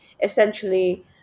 essentially